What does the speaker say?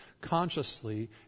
consciously